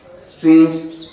strange